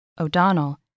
O'Donnell